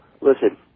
listen